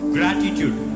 Gratitude